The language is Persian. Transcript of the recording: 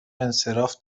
انصراف